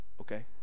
okay